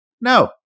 No